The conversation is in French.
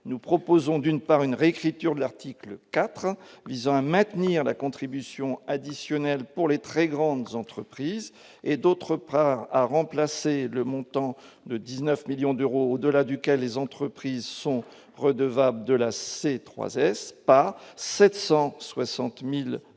nous proposons d'une part une réécriture de l'article 4 visant à maintenir la contribution additionnelle pour les très grandes entreprises et, d'autre part à remplacer le montant de 19 millions d'euros au-delà duquel les entreprises sont redevables de la C3 cesse par 760000 euros